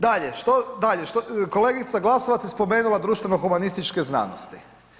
Dalje, što, kolegica Glasovac je spomenula društveno humanističke znanosti.